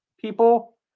people